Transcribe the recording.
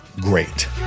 great